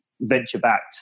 Venture-backed